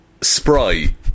spry